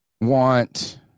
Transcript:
want